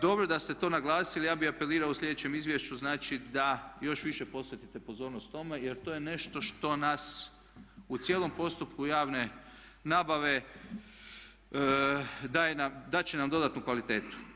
Dobro da ste to naglasili, ja bi apelirao u slijedećem izvješću znači da još više posvetite pozornost tome jer to je nešto što nas u cijelom postupku javne nabave dat će nam dodatnu kvalitetu.